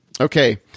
okay